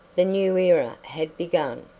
the new era had begun,